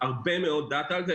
הרבה מאוד דאטה על זה,